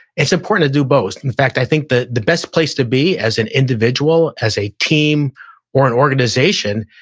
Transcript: it's important to do both. in fact, i think the the best place to be as an individual, as a team or an organization,